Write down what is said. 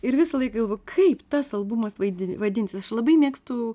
ir visąlaik galvoju kaip tas albumas vaidini vadinsis aš labai mėgstu